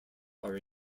are